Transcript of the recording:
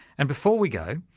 and before we go,